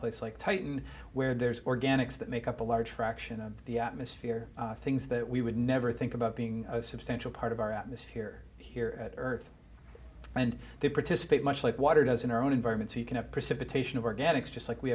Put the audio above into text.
someplace like titan where there's organics that make up a large fraction of the atmosphere things that we would never think about being a substantial part of our atmosphere here at earth and they participate much like water does in our own environment so you can have precipitation of organics just like we